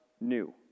new